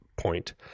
point